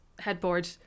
headboard